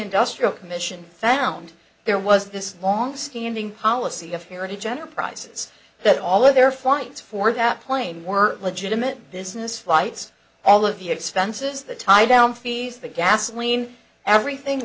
industrial commission found there was this long standing policy a fairly general prices that all of their flights for that plane were legitimate business flights all of the expenses the tie down fees the gasoline everything